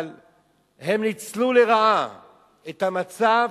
אבל הם ניצלו לרעה את המצב,